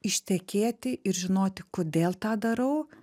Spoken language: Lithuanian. ištekėti ir žinoti kodėl tą darau